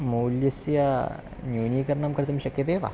मौल्यस्य न्यूनीकरणं कर्तुं शक्यते वा